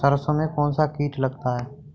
सरसों में कौनसा कीट लगता है?